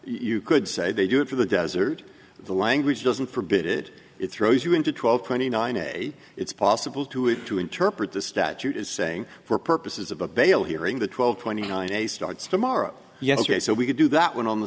you could say they do it for the desert the language doesn't forbid it it throws you into twelve twenty nine a it's possible to have to interpret the statute is saying for purposes of a bail hearing that twelve twenty nine a starts tomorrow yes ok so we could do that one on the